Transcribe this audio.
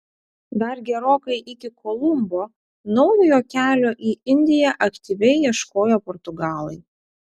dar gerokai iki kolumbo naujojo kelio į indiją aktyviai ieškojo portugalai